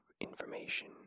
information